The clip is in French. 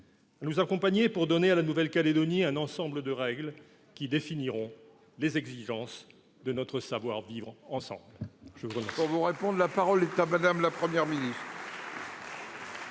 nous accompagner pour donner à la Nouvelle-Calédonie un ensemble de règles qui définiront les exigences de notre savoir-vivre ensemble